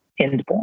endpoint